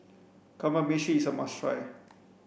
kamameshi is a must try